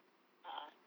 a'ah